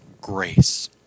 grace